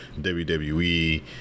WWE